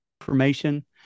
information